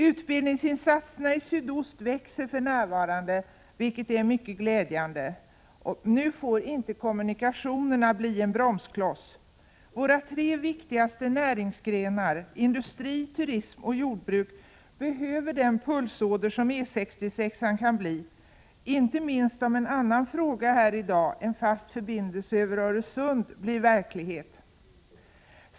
Utbildningsinsatserna i sydost växer för närvarande, vilket är mycket glädjande. Nu får kommunikationerna inte bli en bromskloss. Våra tre viktigaste näringsgrenar — industri, turism och jordbruk — behöver den pulsåder som E 66 kan bli, inte minst om en fast förbindelse över Öresund, som tas upp i en annan fråga i dag, blir verklighet.